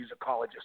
musicologist